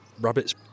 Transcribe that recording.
Rabbits